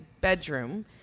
bedroom